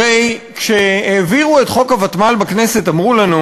הרי כשהעבירו את חוק הוותמ"ל בכנסת אמרו לנו